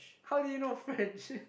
how do you know French